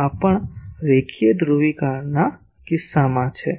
આ પણ રેખીય ધ્રુવીકરણના કિસ્સામાં છે